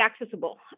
accessible